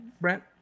Brent